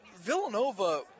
Villanova